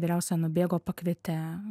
vyriausia nubėgo pakvietė